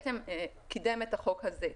וקידם את החוק הזה.